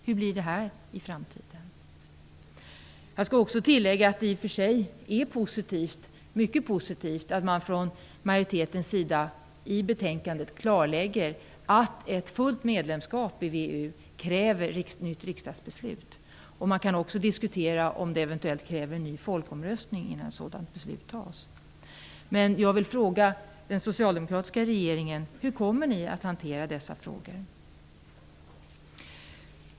Hur blir det här i framtiden? Jag vill tillägga att det i och för sig är mycket positivt att majoriteten i betänkandet klargör att fullt medlemskap i VEU kräver nytt riksdagsbeslut. Man kan också diskutera om det eventuellt krävs en ny folkomröstning innan ett sådant beslut fattas. Men jag vill fråga den socialdemokratiska regeringen: Hur kommer ni att hantera dessa frågor?